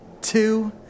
two